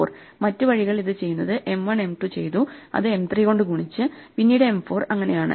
മറ്റ് വഴികൾ അത് ചെയ്യുന്നത് M 1 M 2 ചെയ്തു അത് M 3 കൊണ്ട് ഗുണിച്ച് പിന്നീട് M 4 അങ്ങനെ ആണ്